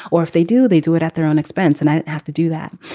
or if they do, they do it at their own expense. and i have to do that.